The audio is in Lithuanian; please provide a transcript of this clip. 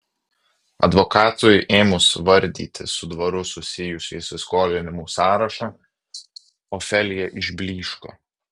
advokatui ėmus vardyti su dvaru susijusių įsiskolinimų sąrašą ofelija išblyško